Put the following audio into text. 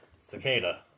Cicada